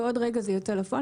ועוד רגע זה יוצא לפועל.